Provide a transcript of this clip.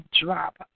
drop